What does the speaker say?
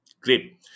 Great